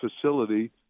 facility